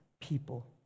people